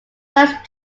first